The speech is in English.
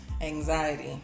anxiety